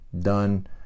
done